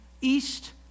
east